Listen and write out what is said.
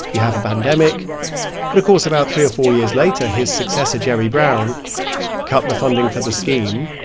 you have a pandemic but, of course, about three or four years later, his successor jerry brown cut the funding for the scheme.